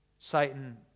Satan